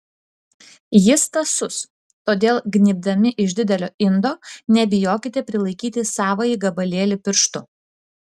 jis tąsus todėl gnybdami iš didelio indo nebijokite prilaikyti savąjį gabalėlį pirštu